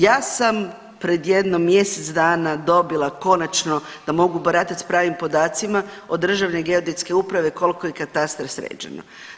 Ja sam pred jedno mjesec dana dobila konačno da mogu baratati s pravim podacima od Državne geodetske uprave koliko je katastar sređen.